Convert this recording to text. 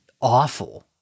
awful